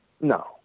No